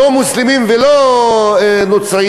לא מוסלמים ולא נוצרים,